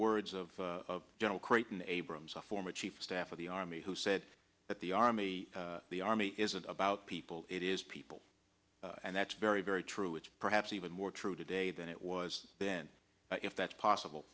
words of general creighton abrams a former chief of staff of the army who said that the army the army isn't about people it is people and that's very very true it's perhaps even more true today than it was then if that's possible